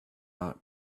not